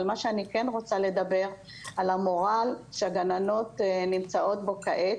אבל מה שאני כן רוצה עליו זה על המורל שהגננות נמצאות בו כעת.